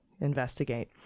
investigate